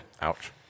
Ouch